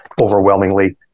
overwhelmingly